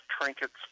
trinkets